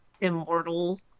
immortal